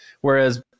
Whereas